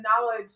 knowledge